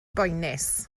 boenus